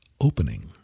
opening